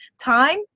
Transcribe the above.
time